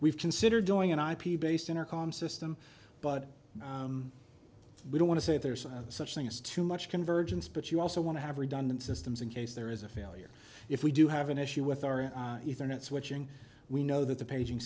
we've considered doing an ip based intercom system but we don't want to say there's such thing as too much convergence but you also want to have redundant systems in case there is a failure if we do have an issue with our an ethernet switching we know that the paging